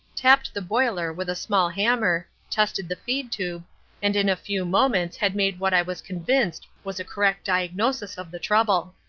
tapped the boiler with a small hammer, tested the feed-tube, and in a few moments had made what i was convinced was a correct diagnosis of the trouble.